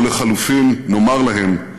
או לחלופין, נאמר להם: